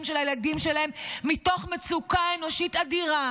של הילדים שלהם מתוך מצוקה אנושית אדירה,